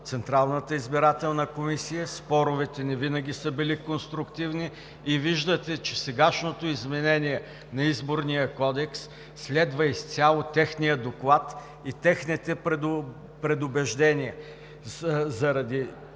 Централната избирателна комисия, споровете ни винаги са били конструктивни. Виждате, че сегашното изменение на Изборния кодекс следва изцяло техния доклад и техните предубеждения. Заради